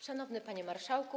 Szanowny Panie Marszałku!